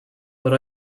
but